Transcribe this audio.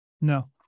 No